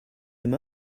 him